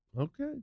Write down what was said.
okay